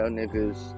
niggas